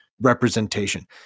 representation